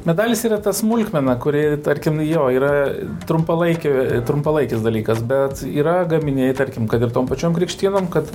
medalis yra ta smulkmena kuri tarkim jo yra trumpalaikė trumpalaikis dalykas bet yra gaminiai tarkim kad ir tom pačiom krikštynom kad